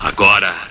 Agora